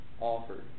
offered